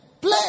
Play